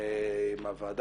עם הוועדה,